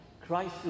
Christ